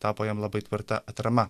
tapo jam labai tvirta atrama